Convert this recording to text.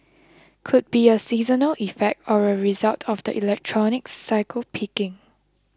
could be a seasonal effect or a result of the electronics cycle peaking